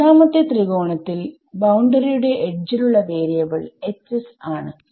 ഒന്നാമത്തെ ത്രികോണത്തിൽ ബൌണ്ടറിയുടെ എഡ്ജിലുള്ള വാരിയബിൾ ആണ്